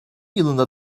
yılında